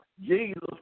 Jesus